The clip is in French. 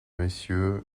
mmonsieur